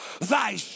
thy